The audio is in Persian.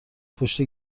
پشت